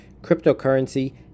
cryptocurrency